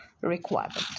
requirement